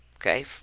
okay